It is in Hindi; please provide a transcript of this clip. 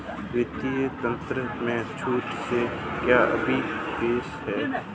वित्तीय तंत्र में छूट से क्या अभिप्राय है?